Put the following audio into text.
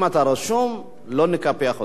אם אתה רשום, לא נקפח אותך.